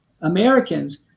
Americans